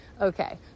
Okay